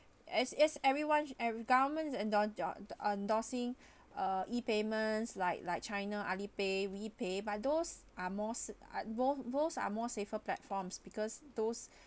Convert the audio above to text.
as as everyones and governments en~ en~ en~ endorsing uh e-payments like like china alipay wepay but those are most ah both both are more safer platforms because those